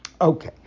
Okay